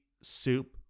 soup